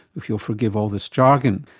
if you'll forgive all this jargon.